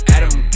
Adam